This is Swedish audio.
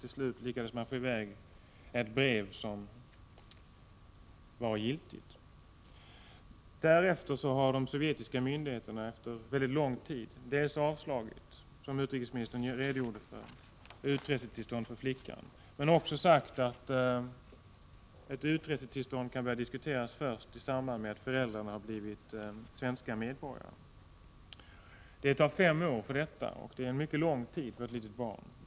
Till slut lyckades de få i väg ett brev som ansågs giltigt. Därefter har de sovjetiska myndigheterna efter en mycket lång tid dels avslagit ansökan om utresetillstånd för flickan, vilket utrikesministern redogjorde för, dels sagt att ett utresetillstånd kan börja diskuteras först efter det att föräldrarna har blivit svenska medborgare. Det tar ju fem år. Det är en mycket lång tid för ett litet barn.